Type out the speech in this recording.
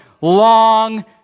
long